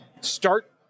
start